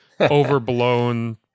overblown